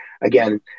Again